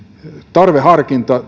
tarveharkinta